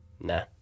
Nah